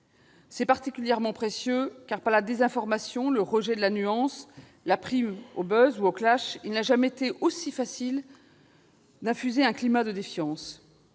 C'est particulièrement précieux, car, par la désinformation, le rejet de la nuance, la prime au ou au, il n'a jamais été aussi facile d'infuser un climat de défiance,